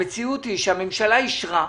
המציאות היא, שהממשלה אישרה,